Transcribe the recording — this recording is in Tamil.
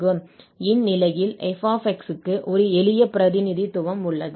இந்நிலையில் f க்கு ஒரு எளிய பிரதிநிதித்துவம் உள்ளது